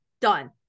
done